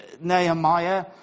Nehemiah